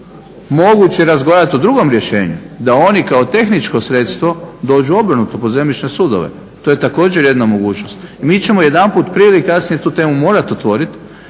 Moguće je razgovarat o drugom rješenju, da oni kao tehničko sredstvo dođu obrnuto pod zemljišne sudove, to je također jedna mogućnost. Mi ćemo jedanput prije ili kasnije tu temu morat otvorit